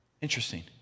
Interesting